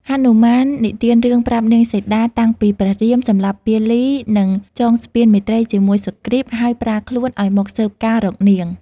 ហនុមាននិទានរឿងប្រាប់នាងសីតាតាំងពីព្រះរាមសម្លាប់ពាលី និងចងស្ពានមេត្រីជាមួយសុគ្រីពហើយប្រើខ្លួនឱ្យមកស៊ើបការណ៍រកនាង។